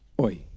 Oi